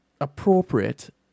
appropriate